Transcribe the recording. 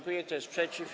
Kto jest przeciw?